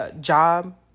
job